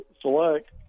Select